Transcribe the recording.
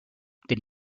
did